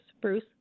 Bruce